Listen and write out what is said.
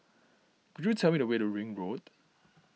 could you tell me the way to Ring Road